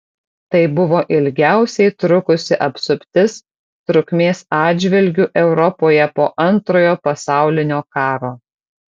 tai buvo ilgiausiai trukusi apsuptis trukmės atžvilgiu europoje po antrojo pasaulinio karo